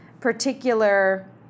particular